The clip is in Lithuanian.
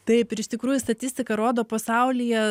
taip ir iš tikrųjų statistika rodo pasaulyje